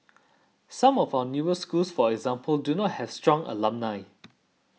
some of our newer schools for example do not have strong alumni